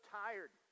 tired